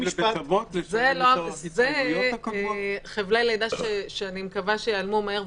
זה חבלי לידה שאני מקווה שייעלמו מהר,